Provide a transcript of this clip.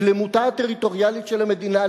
שלמותה הטריטוריאלית של המדינה,